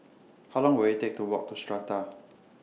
How Long Will IT Take to Walk to Strata